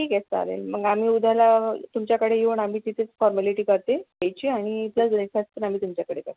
ठीक आहे चालेल मग आम्ही उद्याला तुमच्याकडे येऊ आणि आम्ही तिथेच फॉरमॅलिटी करते राह्यची आणि प्लस ब्रेकफास्ट पण आम्ही तुमच्याकडे करू